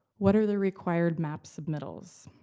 what are the required map submittals?